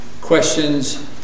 questions